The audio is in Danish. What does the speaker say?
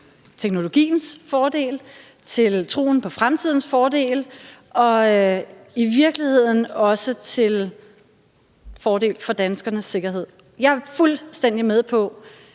til teknologiens fordel og til fordel for troen på fremtiden og i virkeligheden også til fordel for danskernes sikkerhed. Jeg er fuldstændig med på